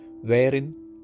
wherein